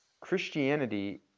Christianity